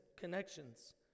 connections